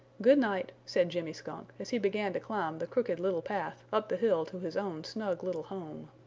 good night, said jimmy skunk as he began to climb the crooked little path up the hill to his own snug little home.